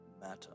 matter